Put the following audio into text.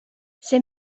see